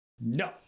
No